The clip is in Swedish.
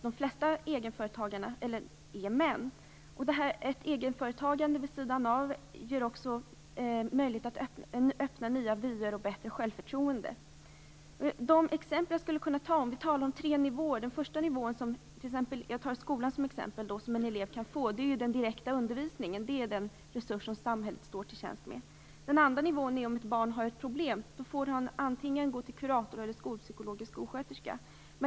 De flesta egenföretagarna är ju män. Ett egetföretagande vid sidan av ger också möjlighet till att nya vyer öppnas och till att man får ett bättre självförtroende. Jag skulle kunna ge några exempel. Det gäller då tre nivåer. Den första nivån - jag tar skolan som exempel - är den direkta undervisning som en elev kan få. Det är den resurs som samhället står till tjänst med. Den andra nivån inträder när ett barn har ett problem. Då får barnet gå till kurator, skolpsykolog eller skolsköterska.